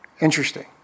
Interesting